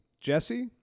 Jesse